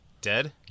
Dead